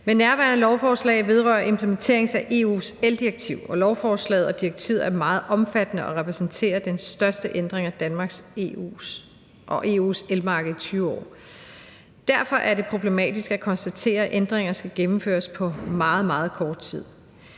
Nærværende lovforslag vedrører implementeringen af EU's eldirektiv, og lovforslaget og direktivet er meget omfattende og repræsenterer den største ændring af Danmarks og EU's elmarked i 20 år. Derfor er det problematisk at konstatere, at ændringer skal gennemføres på meget, meget kort tid.